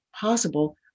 possible